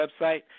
website